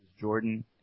Jordan